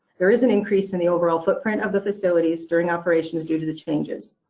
there is an increase in the overall footprint of the facilities during operations due to the changes.